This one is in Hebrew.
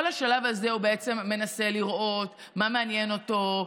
כל השלב הזה הוא בעצם מנסה לראות מה מעניין אותו,